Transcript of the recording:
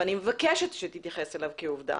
ואני מבקשת שתתייחס אליו כעובדה,